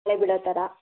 ಮಳೆ ಬೀಳೋ ಥರ